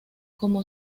como